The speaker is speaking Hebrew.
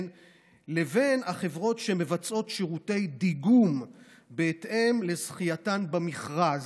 לבין החברות שמבצעות שירותי דיגום בהתאם לזכייתן במכרז.